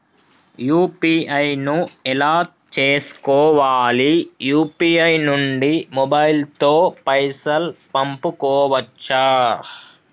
UPI ను ఎలా చేస్కోవాలి యూ.పీ.ఐ నుండి మొబైల్ తో పైసల్ పంపుకోవచ్చా?